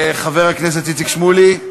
חבר הכנסת איציק שמולי,